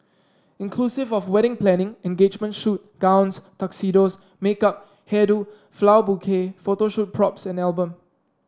inclusive of wedding planning engagement shoot gowns tuxedos makeup hair do flower bouquet photo shoot props and album